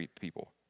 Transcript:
people